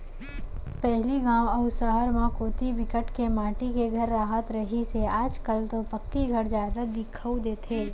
पहिली गाँव अउ सहर म कोती बिकट के माटी के घर राहत रिहिस हे आज कल तो पक्की घर जादा दिखउल देथे